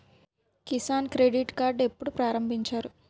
Kisan credit card ఎప్పుడు ప్రారంభించారు?